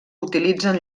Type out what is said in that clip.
utilitzen